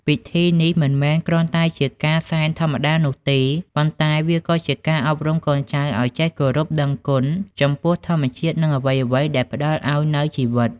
ពិធីនេះមិនមែនគ្រាន់តែជាការសែនធម្មតានោះទេ ប៉ុន្តែវាក៏ជាការអប់រំកូនចៅឲ្យចេះគោរពដឹងគុណចំពោះធម្មជាតិ និងអ្វីៗដែលផ្តល់ឲ្យនូវជីវិត។